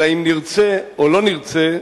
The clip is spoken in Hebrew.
אלא אם נרצה ואם לא נרצה,